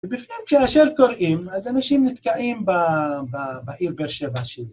‫ובפנים כאשר קוראים, ‫אז אנשים נתקעים בעיר באר שבע שלי.